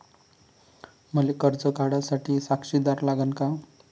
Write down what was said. मले कर्ज काढा साठी साक्षीदार लागन का?